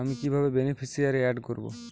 আমি কিভাবে beneficiary add করব?